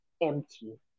empty